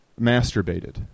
masturbated